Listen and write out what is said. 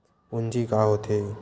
पूंजी का होथे?